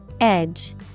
Edge